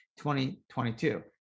2022